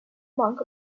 monk